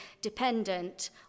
dependent